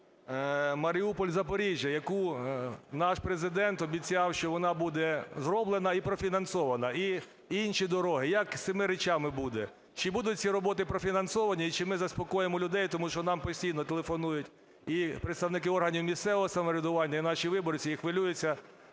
як Маріуполь-Запоріжжя, яку наш Президент обіцяв, що вона буде зроблена і профінансована, і інші дороги. Як з цими речами буде? Чи будуть ці роботи профінансовані і чи ми заспокоїмо людей, тому що нам постійно телефонують і представники органів місцевого самоврядування, і наші виборці, і хвилюються